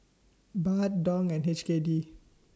Baht Dong and H K D